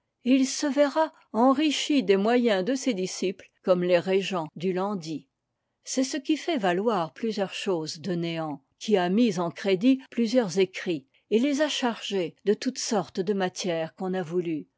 et il se verra enrichi des moyens de ses disciples comme les régents du lendit c'est ce qui a fait valoir plusieurs choses de néant qui a mis en crédit plusieurs écrits et les a chargés de toutes sortes de matières qu'on a voulu